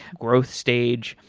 growth stage,